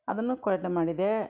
ಅದನ್ನೂ ಮಾಡಿದೆ